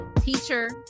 teacher